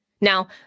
Now